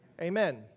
amen